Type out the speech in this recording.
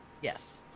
Yes